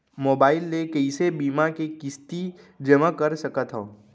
Mobile ले कइसे बीमा के किस्ती जेमा कर सकथव?